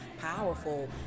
powerful